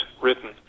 written